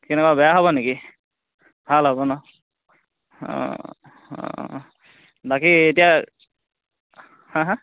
কেনেকুৱা বেয়া হ'ব নেকি ভাল হ'ব ন অঁ অঁ বাকী এতিয়া হা হা